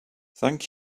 thank